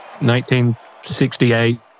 1968